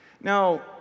now